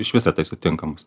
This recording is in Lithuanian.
išvis retai sutinkamas